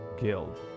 Guild